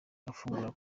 afungura